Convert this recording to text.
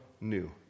new